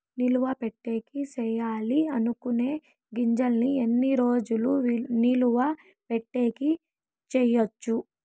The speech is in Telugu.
నిలువ పెట్టేకి సేయాలి అనుకునే గింజల్ని ఎన్ని రోజులు నిలువ పెట్టేకి చేయొచ్చు